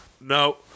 no